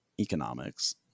Economics